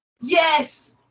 Yes